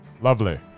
Lovely